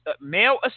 male